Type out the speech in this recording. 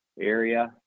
area